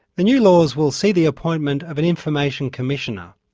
the new laws will see the appointment of an information commissioner.